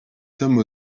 some